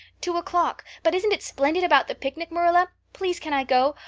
two o'clock but isn't it splendid about the picnic, marilla? please can i go?